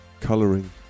colouring